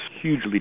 hugely